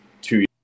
two